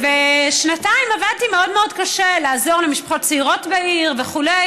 ושנתיים עבדתי מאוד מאוד קשה לעזור למשפחות צעירות בעיר וכו'.